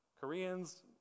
Koreans